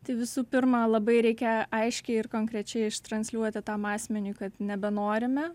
tai visų pirma labai reikia aiškiai ir konkrečiai ištransliuoti tam asmeniui kad nebenorime